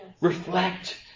Reflect